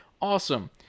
Awesome